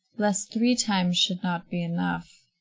lest three times should not be enough.